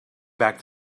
back